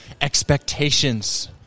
expectations